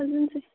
ꯊꯥꯖꯟꯁꯤ